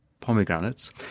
pomegranates